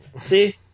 See